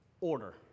order